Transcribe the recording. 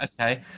Okay